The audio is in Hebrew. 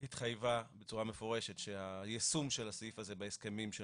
התחייבה בצורה מפורשת שהיישום של הסעיף הזה בהסכמים של